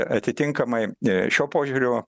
atitinkamai šiuo požiūriu